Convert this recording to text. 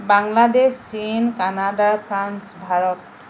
বাংলাদেশ চীন Canada France Bharat